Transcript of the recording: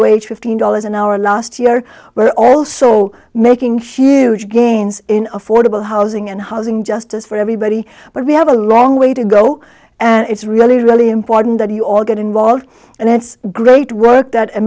wage fifteen dollars an hour last year we're also making sure gains in affordable housing and housing justice for everybody but we have a long way to go and it's really really important that you all get involved and that's great work